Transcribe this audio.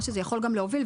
מה שזה יכול להוביל אליו,